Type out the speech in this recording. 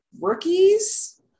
rookies